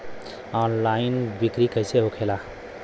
Online बिक्री कैसे होखेला?